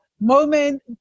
moment